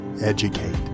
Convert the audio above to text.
Educate